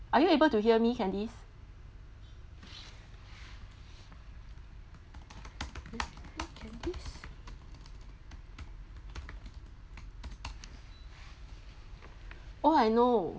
are you able to hear me candice candice oh I know